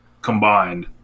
Combined